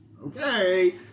okay